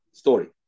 story